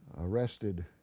arrested